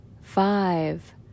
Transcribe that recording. five